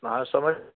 वहाँ समय